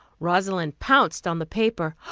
rosalind pounced on the paper.